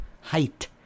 height